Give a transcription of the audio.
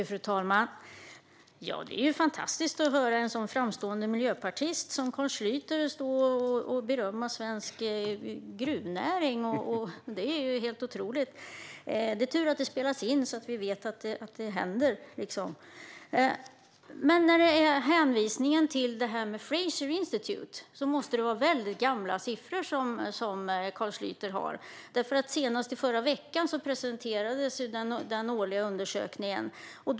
Fru talman! Det är fantastiskt att höra en sådan framstående miljöpartist som Carl Schlyter stå och berömma svensk gruvnäring. Det är helt otroligt. Det är tur att det spelas in så att vi vet att det händer. När det gäller hänvisningen till Fraser Institute måste det vara väldigt gamla siffror som Carl Schlyter har. Senast i förra veckan presenterades den årliga undersökningen.